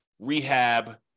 rehab